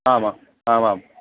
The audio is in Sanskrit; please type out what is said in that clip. आम आमाम्